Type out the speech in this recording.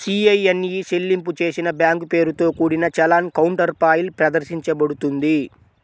CIN e చెల్లింపు చేసిన bank పేరుతో కూడిన చలాన్ కౌంటర్ఫాయిల్ ప్రదర్శించబడుతుంది